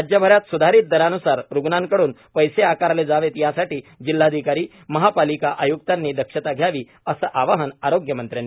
राज्यभरात सुधारित दरान्सार रुग्णांकडून पैसे आकारले जावेत यासाठी जिल्हाधिकारी महापालिका आय्क्तांनी दक्षता घ्यावी असे आवाहन आरोग्यमंत्र्यांनी केले